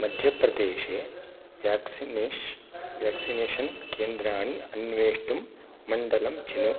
मध्यप्रदेशे vaccination vaccination केन्द्राणि अन्वेष्टुं मण्डलं चिनु